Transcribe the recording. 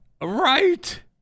Right